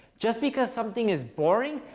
just because something is boring,